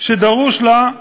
שדרושה לכך,